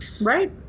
Right